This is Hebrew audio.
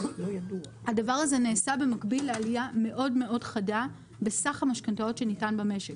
הדבר הזה נעשה במקביל לעלייה מאוד-מאוד חדה בסך המשכנתאות שניתן במשק,